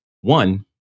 one